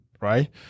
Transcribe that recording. right